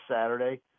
Saturday